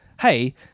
hey